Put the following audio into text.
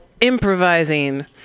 improvising